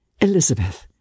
Elizabeth